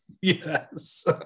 Yes